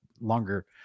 longer